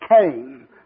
came